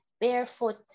barefoot